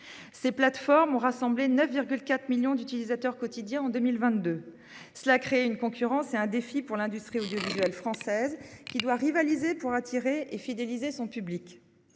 Ces plateformes ont rassemblé 9,4 millions d'utilisateurs quotidiens en 2022. Cela crée une concurrence et un défi pour l'industrie audiovisuelle française, qui doit rivaliser pour attirer et fidéliser son public.